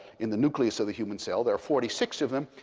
in the nucleus of the human cell, there forty six of them.